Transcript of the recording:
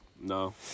No